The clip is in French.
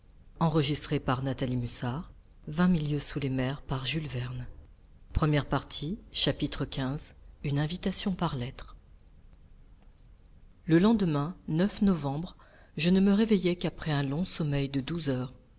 xv une invitation par lettre le lendemain novembre je ne me réveillai qu'après un long sommeil de douze heures